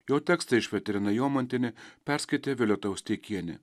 jo tekstą išvertė irena jomantienė perskaitė violeta ostiekienė